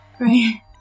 Right